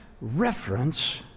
reference